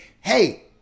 hey